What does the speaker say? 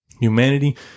Humanity